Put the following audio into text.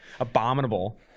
abominable